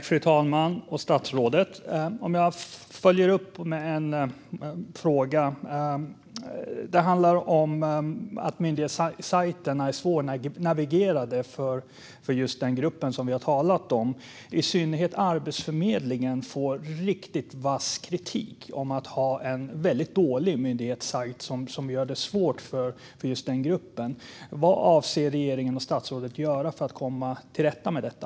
Fru talman! Låt mig följa upp med en fråga. Myndighetssajterna är svårnavigerade för just den grupp vi har talat om. I synnerhet Arbetsförmedlingen får riktigt vass kritik för att ha en mycket dålig myndighetssajt som gör det svårt för den gruppen. Vad avser regeringen och statsrådet att göra för att komma till rätta med detta?